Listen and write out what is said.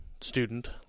student